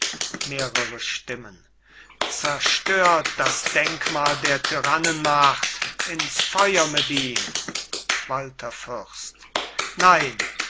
mehrere stimmen zerstört das denkmal der tyrannenmacht ins feuer mit ihm walther fürst nein